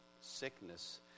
sickness